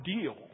deal